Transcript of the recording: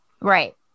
Right